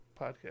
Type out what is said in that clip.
podcast